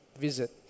visit